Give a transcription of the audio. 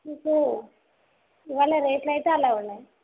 మీకు ఇవాళ రేట్లైతే అలా ఉన్నాయి